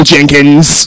Jenkins